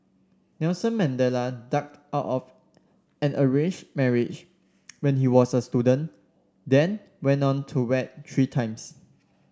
Nelson Mandela ducked out of an arranged marriage when he was a student then went on to wed three times